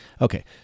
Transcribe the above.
Okay